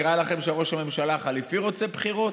נראה לכם שראש הממשלה החליפי רוצה בחירות?